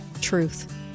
truth